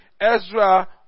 Ezra